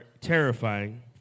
terrifying